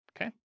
Okay